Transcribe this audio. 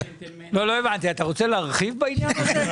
אתה רוצה להרחיב בעניין הזה?